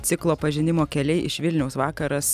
ciklo pažinimo keliai iš vilniaus vakaras